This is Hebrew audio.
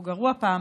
והוא גרוע פעמיים: